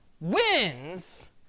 wins